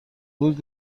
بود